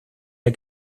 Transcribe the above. der